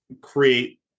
create